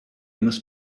must